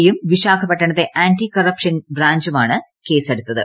യും വിശാഖപ്ട്ടണത്തെ anti corruption ബ്രാഞ്ചുമാണ് കേസെടുത്തത്